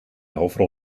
hoofdrol